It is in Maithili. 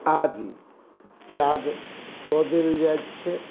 आदिके त्याग कऽ देल जाइत छै